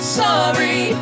sorry